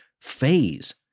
phase